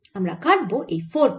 আমরা কাটব এই 4 পাই